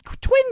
twin